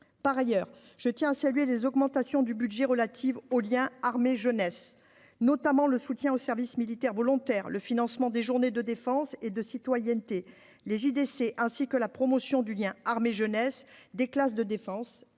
par ailleurs, je tiens à saluer les augmentations du budget relatives au lien armée jeunesse notamment le soutien au service militaire volontaire, le financement des journées de défense et de citoyenneté les JDC ainsi que la promotion du lien armée jeunesse des classes de défense